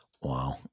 wow